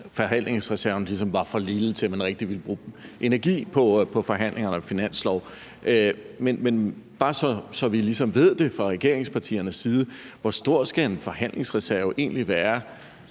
forhandlingsreserven ligesom var for lille til, at man ville bruge energi på forhandlingerne om finansloven. Men bare så vi ved det i regeringspartierne, vil jeg spørge: Hvor stor skal en forhandlingsreserve egentlig være,